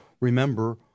remember